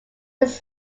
his